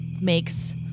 makes